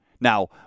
Now